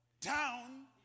down